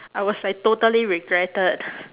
I was like totally regretted